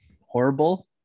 horrible